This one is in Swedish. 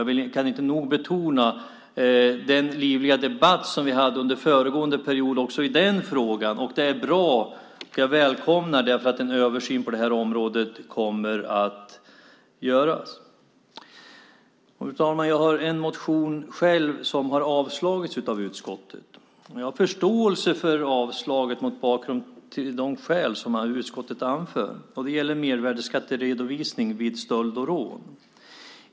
Jag kan inte nog betona den livliga debatt som vi hade under föregående period också i den frågan. Det är bra och jag välkomnar att en översyn på det här området kommer att göras. Fru talman! Jag själv har en motion som har avstyrkts av utskottet. Jag har förståelse för det mot bakgrund av de skäl som utskottet anför vad gäller mervärdesskatteredovisning vid stöld och rån.